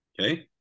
okay